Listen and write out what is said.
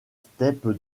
steppe